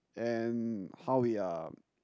and how we are